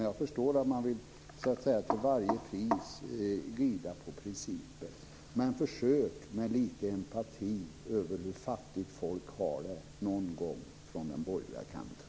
Jag förstår att man till varje pris vill rida på principer, men försök visa lite empati över hur fattigt folk har det någon gång från den borgerliga kanten.